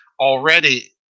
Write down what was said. Already